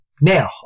now